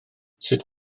sut